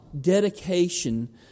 dedication